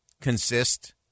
consist